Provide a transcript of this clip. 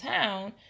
town